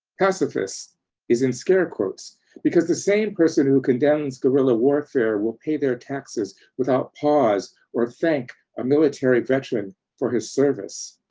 pacifist is in scare quotes because the same person who condemns guerrilla warfare will pay their taxes without pause or thank a military veteran for his service.